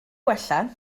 gwella